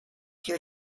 here